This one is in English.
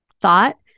Thought